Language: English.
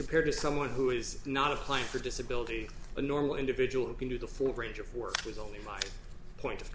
compared to someone who is not applying for disability a normal individual can do the four range of work with only my point of